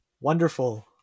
Wonderful